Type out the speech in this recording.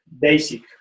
basic